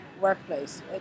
workplace